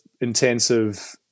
intensive